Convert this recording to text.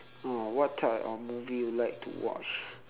oh what type of movie you like to watch